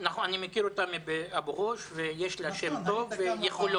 אני מכיר אותה מאבו גוש ויש לה שם טוב ויכולות.